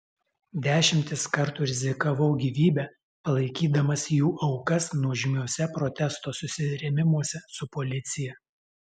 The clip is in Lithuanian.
dešimtis kartų rizikavau gyvybe palaikydamas jų aukas nuožmiuose protesto susirėmimuose su policija